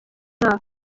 mwaka